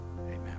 Amen